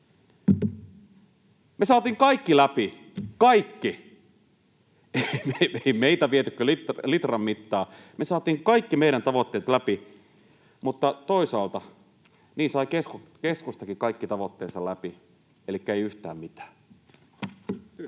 Me saatiin kaikki läpi, kaikki! Ei meitä viety kuin litran mittaa. Me saatiin kaikki meidän tavoitteet läpi, mutta toisaalta niin sai keskustakin kaikki tavoitteensa läpi, elikkä ei yhtään mitään.